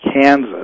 Kansas